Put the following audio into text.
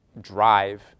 drive